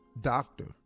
doctor